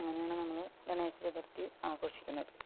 അങ്ങനെയാണ് നമ്മള് ഗണേശചതുര്ഥി ആഘോഷിക്കുന്നത്